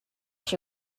she